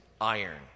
iron